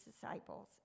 disciples